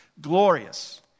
Glorious